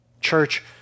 Church